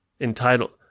entitled